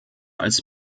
als